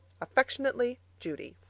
affectionately, judy